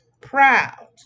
proud